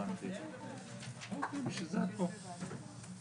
ורחבים שיש להוראה